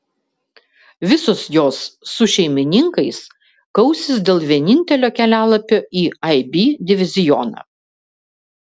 visos jos su šeimininkais kausis dėl vienintelio kelialapio į ib divizioną